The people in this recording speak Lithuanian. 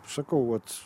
sakau vat